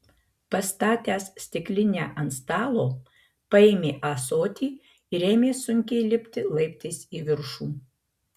pastatęs stiklinę ant stalo paėmė ąsotį ir ėmė sunkiai lipti laiptais į viršų